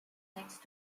next